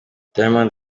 diamond